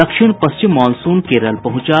दक्षिण पश्चिम मॉनसून केरल पहुंचा